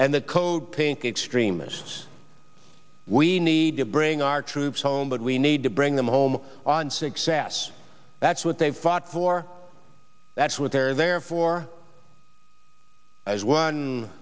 and the code pink extremists we need to bring our troops home but we need to bring them home on success that's what they've fought for that's what they're there for as one